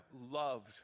loved